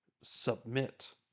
submit